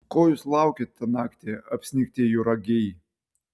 ko jūs laukėt tą naktį apsnigti juragiai